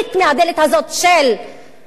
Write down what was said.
מהדלת הזאת של שוויון,